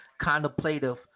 contemplative